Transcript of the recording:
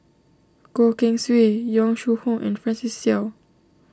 Goh Keng Swee Yong Shu Hoong and Francis Seow